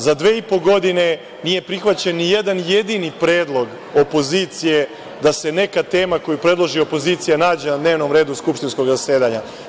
Za dve i po godine, nije prihvaćen ni jedan jedini predlog opozicije da se neka tema koju predloži opozicija nađe na dnevnom redu skupštinskog zasedanja.